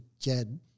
Jed